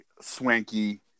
swanky